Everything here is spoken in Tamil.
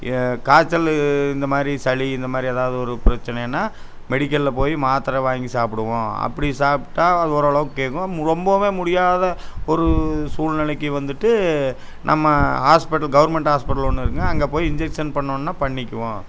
காய்ச்சலு இந்த மாதிரி சளி இந்தமாதிரி ஏதாவுது ஒரு பிரச்சனையினால் மெடிக்கல்ல போய் மாத்தரை வாங்கி சாப்பிடுவோம் அப்படி சாப்பிட்டா அது ஓரளவுக்கு கேட்கும் ரொம்பவுமே முடியாத ஒரு சூழ்நிலைக்கு வந்துட்டு நம்ம ஹாஸ்பிட்டல் கவர்மெண்ட் ஹாஸ்பிட்டல் ஒன்று இருக்குதுங்க அங்கே போய் இன்ஜெக்சன் பண்ணோன்னா பண்ணிக்குவோம்